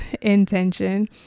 intention